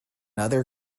other